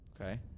okay